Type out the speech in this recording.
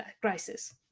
crisis